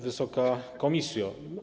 Wysoka Komisjo!